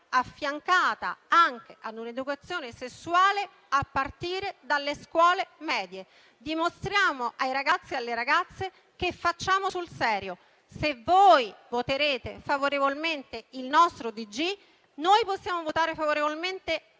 affiancata anche ad un'educazione sessuale a partire dalle scuole medie. Dimostriamo ai ragazzi e alle ragazze che facciamo sul serio. Se voi voterete favorevolmente il nostro ordine del giorno, noi voteremo favorevolmente anche